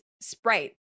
Sprite